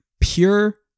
pure